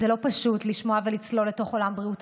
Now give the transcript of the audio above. זה לא פשוט לשמוע ולצלול לתוך עולם בריאות